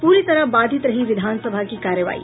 पूरी तरह बाधित रही विधानसभा की कार्यवाही